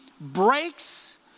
Breaks